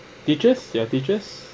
teachers ya teachers